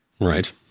Right